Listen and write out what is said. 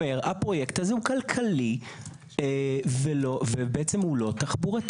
אומר: הפרויקט הזה הוא כלכלי ובעצם הוא לא תחבורתי.